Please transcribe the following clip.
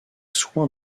soins